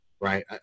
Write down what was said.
right